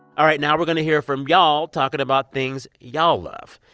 all right. now we're going to hear from y'all talking about things y'all love.